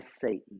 Satan